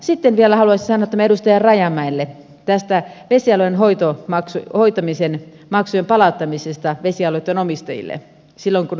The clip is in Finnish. sitten vielä haluaisin sanoa edustaja rajamäelle vesialueen hoitamisen maksujen palauttamisesta vesialueitten omistajille silloin kun on kyse pilkkimisestä tai onkimisesta